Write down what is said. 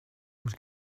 was